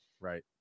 Right